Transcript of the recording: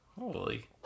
Holy